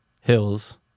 Hills